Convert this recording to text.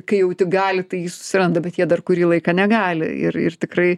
kai jau tik gali tai jį susiranda bet jie dar kurį laiką negali ir ir tikrai